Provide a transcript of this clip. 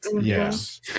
yes